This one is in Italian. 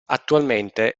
attualmente